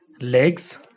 Legs